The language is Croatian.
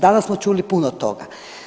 Danas smo čuli puno toga.